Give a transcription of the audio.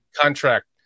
contract